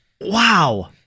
Wow